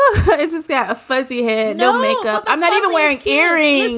is is that a fuzzy hair? no makeup. i'm not even wearing kerry. and